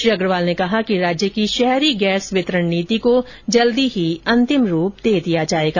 श्री अग्रवाल ने कहा कि राज्य की शहरी गैस वितरण नीति को जल्दी ही अंतिम रुप दे दिया जाएगा